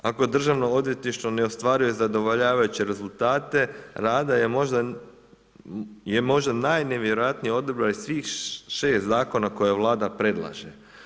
Ako Državno odvjetništvo ne ostvaruje zadovoljavajuće rezultate rada je možda najnevjerojatniji odabir iz svih 6 zakona koje Vlada predlaže.